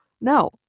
No